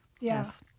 Yes